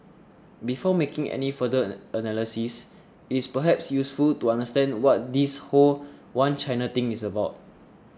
before making any further analysis it's perhaps useful to understand what this whole One China thing is about